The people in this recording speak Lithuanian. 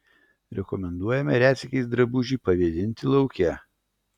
rekomenduojame retsykiais drabužį pavėdinti lauke